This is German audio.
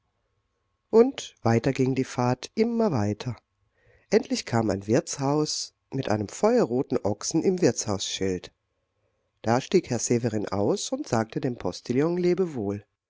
und weiter ging die fahrt immer weiter endlich kam ein wirtshaus mit einem feuerroten ochsen im wirtshausschild da stieg herr severin aus und sagte dem postillion